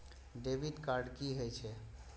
Debit card कि होई छै?